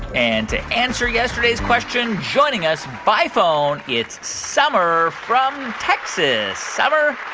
and answer yesterday's question, joining us by phone, it's summer from texas. summer,